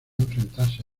enfrentarse